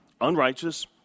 unrighteous